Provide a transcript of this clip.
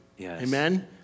Amen